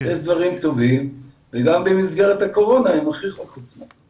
יש דברים טובים וגם במסגרת הקורונה הם הוכיחו את עצמם.